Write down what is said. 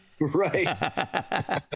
Right